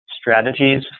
strategies